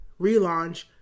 relaunch